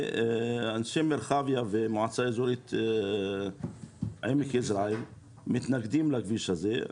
ואנשי מרחביה והמועצה האזורית עמק יזרעאל מתנגדים לכביש הזה.